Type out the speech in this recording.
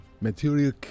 material